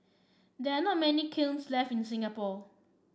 there are not many kilns left in Singapore